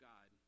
God